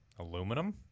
Aluminum